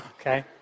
Okay